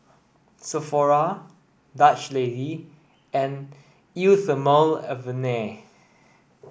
Sephora Dutch Lady and Eau Thermale Avene